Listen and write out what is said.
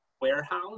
warehouse